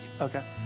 Okay